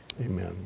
Amen